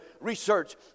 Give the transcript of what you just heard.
Research